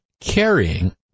carrying